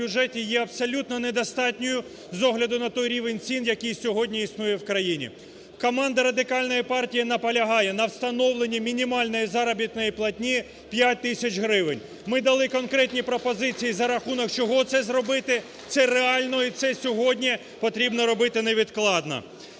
є абсолютно недостатньою з огляду на той рівень цін, який сьогодні існує в країні. Команда Радикальної партії наполягає на встановленні мінімальної заробітної платні в 5 тисяч гривень, ми дали конкретні пропозиції, за рахунок чого це зробити, це реально і це сьогодні потрібно робити невідкладно.